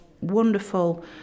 wonderful